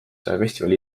festivali